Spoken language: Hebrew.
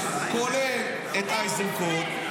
כולל את איזנקוט,